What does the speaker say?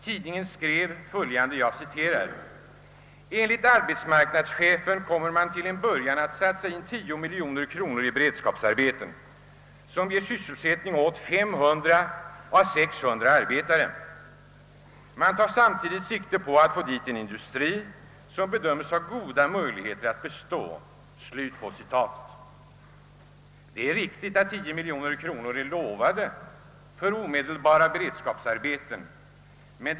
Tidningen skrev: »Enligt AMS-chefen kommer man till en början att satsa in 10 milj.kr. i beredskapsarbeten, som ger sysselsättning åt 500 — 600 man. Man tar samtidigt sikte på att få dit industri, som bedömes ha goda möjligheter att bestå.» Det är riktigt att 10 miljoner kronor är utlovade för omedelbara beredskapsarbeten.